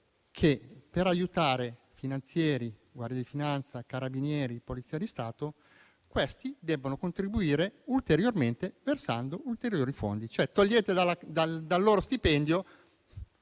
che, per aiutare Guardia di finanza, Carabinieri e Polizia di Stato, questi debbono contribuire ulteriormente versando ulteriori fondi; cioè togliete dal loro stipendio